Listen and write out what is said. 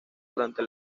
durante